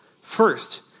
First